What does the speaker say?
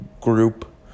group